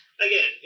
Again